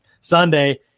Sunday